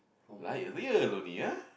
like real only ah